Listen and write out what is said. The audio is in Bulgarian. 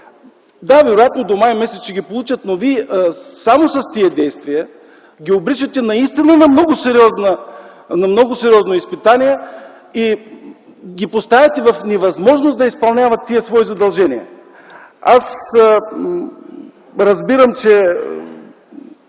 Да, вероятно до м. май ще ги получат, но само с тези действия Вие ги обричате наистина на много сериозно изпитание и ги поставяте в невъзможност да изпълняват тези свои задължения. Аз разбирам, че